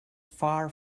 far